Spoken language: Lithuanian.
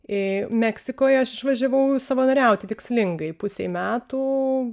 į meksikoj aš išvažiavau savanoriauti tikslingai pusei metų